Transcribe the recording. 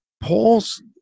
Paul's